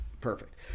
Perfect